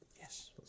Yes